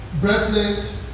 bracelet